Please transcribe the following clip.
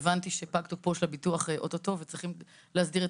הבנתי שפג תוקפו של הביטוח אוטוטו וצריכים להסדיר את